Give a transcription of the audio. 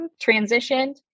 transitioned